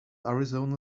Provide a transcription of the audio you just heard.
arizona